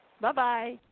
Bye-bye